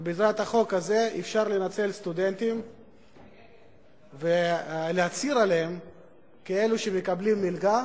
שבעזרת החוק הזה אפשר לנצל סטודנטים ולהצהיר עליהם שהם מקבלים מלגה,